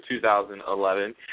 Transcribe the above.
2011